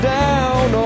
down